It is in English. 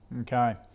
Okay